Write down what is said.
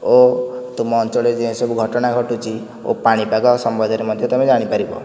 ଓ ତୁମ ଅଞ୍ଚଳରେ ଯେଉଁ ସବୁ ଘଟଣା ଘଟୁଛି ଓ ପାଣି ପାଗ ସମ୍ୱନ୍ଧରେ ମଧ୍ୟ ତୁମେ ଜାଣିପାରିବ